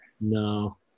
No